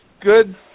good